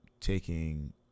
taking